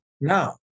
Now